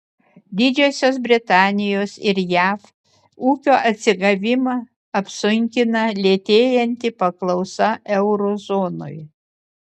didžiosios britanijos ir jav ūkio atsigavimą apsunkina lėtėjanti paklausa euro zonoje